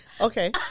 Okay